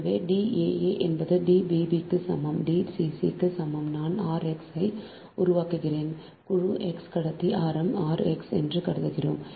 எனவே D a a என்பது D b b க்கு சமம் D c c க்கு சமம் நான் r x ஐ உருவாக்குகிறேன் குழு x கடத்தி ஆரம் r x என்று கருதுகிறோம்